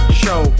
show